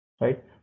right